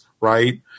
Right